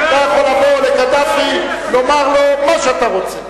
אתה יכול לבוא לקדאפי, לומר לו מה שאתה רוצה.